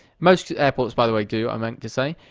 most airports, by the way, do i meant to say.